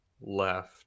left